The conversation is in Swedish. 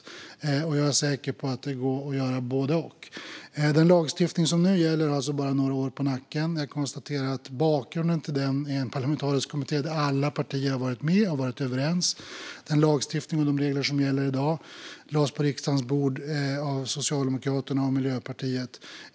Jag är säker på att det går att göra både och. Den lagstiftning som nu gäller har alltså bara några år på nacken. Jag konstaterar att bakgrunden till den är en parlamentarisk kommitté där alla partier har varit med och varit överens. Den lagstiftning och de regler som gäller i dag lades på riksdagens bord av Socialdemokraterna och Miljöpartiet.